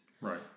Right